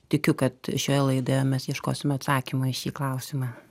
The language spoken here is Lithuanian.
tikiu kad šioje laidoje mes ieškosime atsakymo į šį klausimą